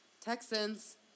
Texans